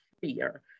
fear